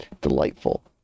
Delightful